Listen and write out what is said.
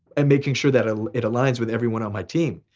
and making sure that ah it aligns with everyone on my team.